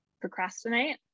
procrastinate